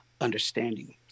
understanding